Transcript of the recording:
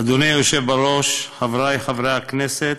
אדוני היושב-ראש, חברי חברי הכנסת,